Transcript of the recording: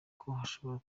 hashobora